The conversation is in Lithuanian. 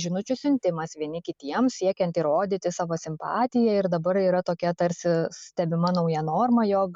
žinučių siuntimas vieni kitiems siekiant įrodyti savo simpatiją ir dabar yra tokia tarsi stebima nauja norma jog